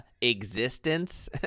existence